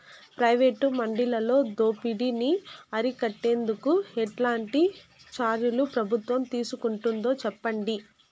Private మండీలలో దోపిడీ ని అరికట్టేందుకు ఎట్లాంటి చర్యలు ప్రభుత్వం తీసుకుంటుందో చెప్పండి?